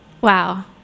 Wow